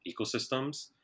ecosystems